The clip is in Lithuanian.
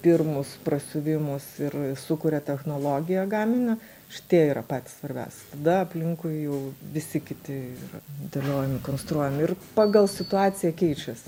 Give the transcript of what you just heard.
pirmus prasiuvimus ir sukuria technologiją gaminio šitie yra patys svarbiausi tada aplinkui jau visi kiti dėliojami konstruojami ir pagal situaciją keičias